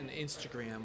Instagram